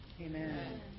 Amen